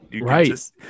Right